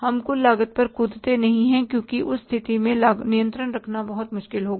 हम कुल लागत पर कूदते नहीं हैं क्योंकि उस स्थिति में नियंत्रण रखना बहुत मुश्किल होगा